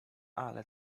ale